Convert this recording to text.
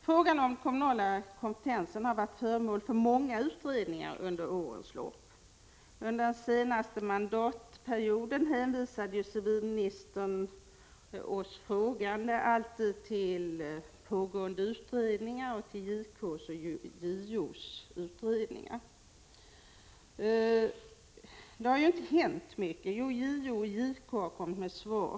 Frågan om den kommunala kompetensen har varit föremål för många utredningar under årens lopp. Under den senaste mandatperioden hänvisade civilministern alla frågeställare till bl.a. statoch kommun-beredningens samt JK:s och JO:s pågående utredningar. Det har inte hänt så mycket. Jo, JO och JK har kommit med svar.